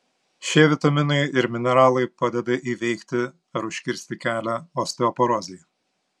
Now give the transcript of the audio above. šie vitaminai ir mineralai padeda įveikti ar užkirsti kelią osteoporozei